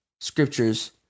Scriptures